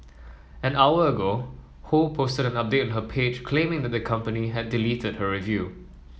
an hour ago Ho posted an update on her page claiming that the company had deleted her review